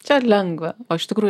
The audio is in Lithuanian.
čia lengva o iš tikrųjų